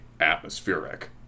atmospheric